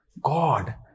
God